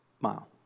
mile